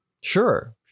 sure